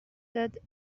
that